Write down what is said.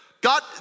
God